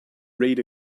read